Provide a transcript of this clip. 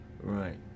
Right